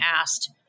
asked